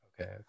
okay